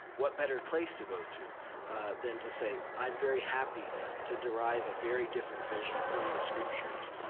what better place to go to than to say i'm very happy to derive a very different vision from the scriptures,